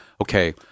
okay